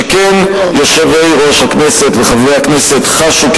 שכן יושבי-ראש הכנסת וחברי הכנסת חשו כי